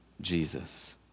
Jesus